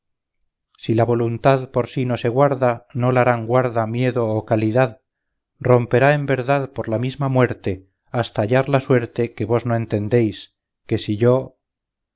si la voluntad por sí no se guarda no la harán guarda miedo o calidad romperá en verdad por la misma muerte hasta hallar la suerte que vos no entendéis que si yo